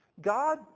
God